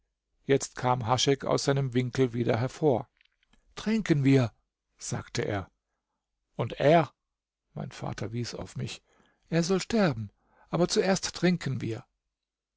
jetzt kam haschek aus seinem winkel wieder hervor trinken wir sagte er und er mein vater wies auf mich er soll sterben aber zuerst trinken wir